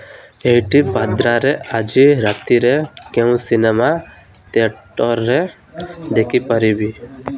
ଏଇଠି ବାନ୍ଦ୍ରାରେ ଆଜି ରାତିରେ କେଉଁ ସିନେମା ଥିଏଟର୍ରେ ଦେଖିପାରିବି